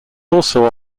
also